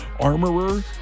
armorer